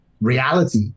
reality